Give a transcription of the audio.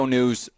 News